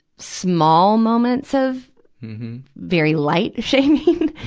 small moments of very light shaming.